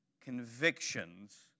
convictions